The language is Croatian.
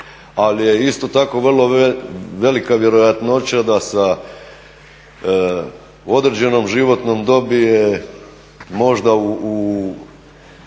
ali je isto tako vrlo velika vjerojatnost da sa određenom životnom dobi je možda u